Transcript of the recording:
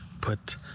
put